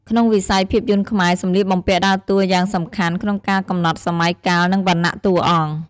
ក្នុងវិស័យភាពយន្តខ្មែរ សម្លៀកបំពាក់ដើរតួយ៉ាងសំខាន់ក្នុងការកំណត់សម័យកាល និងវណ្ណៈតួអង្គ។